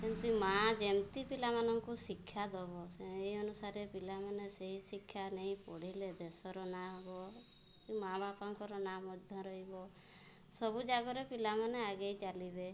ସେମିତି ମାଆ ଯେମିତି ପିଲାମାନଙ୍କୁ ଶିକ୍ଷା ଦବ ସେଇ ଅନୁସାରେ ପିଲାମାନେ ସେଇ ଶିକ୍ଷା ନେଇ ପଢ଼ିଲେ ଦେଶର ନାଁ ହବ କି ମାଆ ବାପାଙ୍କର ନାଁ ମଧ୍ୟ ରହିବ ସବୁ ଜାଗାରେ ପିଲାମାନେ ଆଗେଇ ଚାଲିବେ